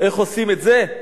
איך עושים את זה?